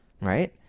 right